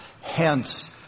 Hence